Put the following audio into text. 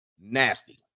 nasty